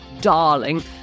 darling